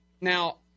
Now